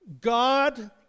God